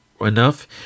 enough